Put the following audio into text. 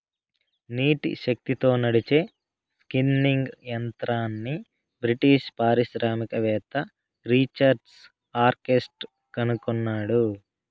నీటి శక్తితో నడిచే స్పిన్నింగ్ యంత్రంని బ్రిటిష్ పారిశ్రామికవేత్త రిచర్డ్ ఆర్క్రైట్ కనుగొన్నాడు